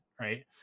right